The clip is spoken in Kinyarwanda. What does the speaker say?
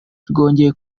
rwongeye